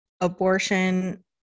Abortion